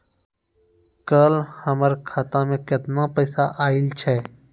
कल हमर खाता मैं केतना पैसा आइल छै?